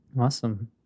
Awesome